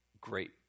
great